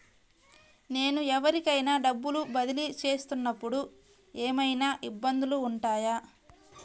నేను ఎవరికైనా డబ్బులు బదిలీ చేస్తునపుడు ఏమయినా ఇబ్బందులు వుంటాయా?